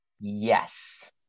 yes